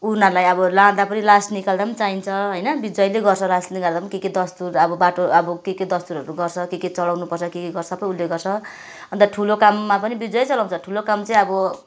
उनीहरूलाई अब लाँदा पनि लास निकाल्दा पनि चाहिन्छ होइन बिजुवाले गर्छ लास निकाल्दा पनि के के दस्तुर अब बाटो के के दस्तुरहरू गर्छ के के चडाउनु पर्छ के के गर्छ सबै उसले गर्छ अन्त ठुलो काममा पनि विजुवै चलाउँछ ठुलो काम चाहिँ अब